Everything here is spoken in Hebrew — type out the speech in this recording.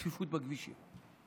הצפיפות בכבישים.